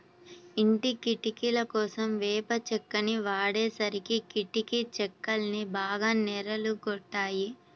ఇంటి కిటికీలకోసం వేప చెక్కని వాడేసరికి కిటికీ చెక్కలన్నీ బాగా నెర్రలు గొట్టాయి